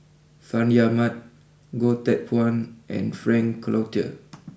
Fandi Ahmad Goh Teck Phuan and Frank Cloutier